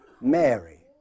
Mary